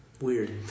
weird